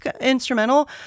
instrumental